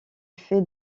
fait